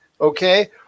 okay